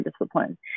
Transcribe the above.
discipline